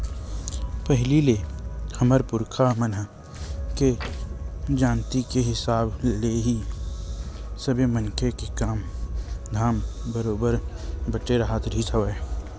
पहिलीच ले हमर पुरखा मन के जानती के हिसाब ले ही सबे मनखे के काम धाम ह बरोबर बटे राहत रिहिस हवय